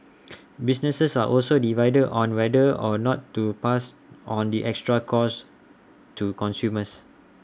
businesses are also divided on whether or not to pass on the extra costs to consumers